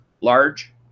large